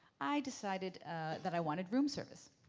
i decided that i wanted room service.